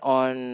on